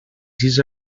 sis